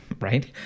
right